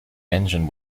engine